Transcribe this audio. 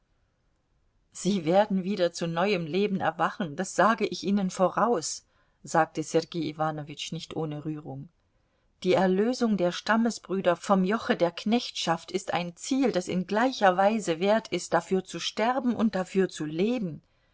sie werden wieder zu neuem leben erwachen das sage ich ihnen voraus sagte sergei iwanowitsch nicht ohne rührung die erlösung der stammesbrüder vom joche der knechtschaft ist ein ziel das in gleicher weise wert ist dafür zu sterben und dafür zu leben